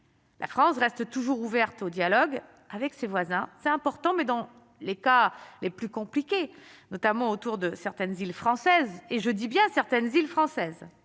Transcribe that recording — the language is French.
la France reste toujours ouverte au dialogue avec ses voisins, c'est important, mais dans les cas les plus compliqués, notamment autour de certaines villes françaises et je dis bien certaines îles françaises